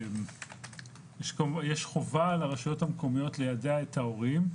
יש חובה לרשויות המקומיות לידע את ההורים.